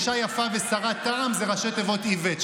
"אִשה יפה וסרת טעם" זה ראשי תיבות איוֵ"ט,